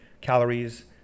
calories